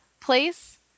place